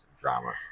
drama